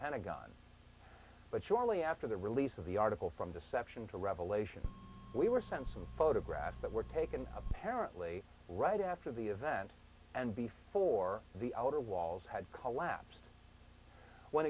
pentagon but shortly after the release of the article from deception to revelation we were sent some photographs that were taken apparently right after the event and before the outer walls had collapsed